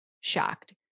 shocked